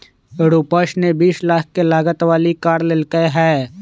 रूपश ने बीस लाख के लागत वाली कार लेल कय है